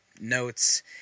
notes